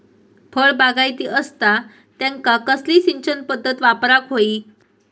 फळबागायती असता त्यांका कसली सिंचन पदधत वापराक होई?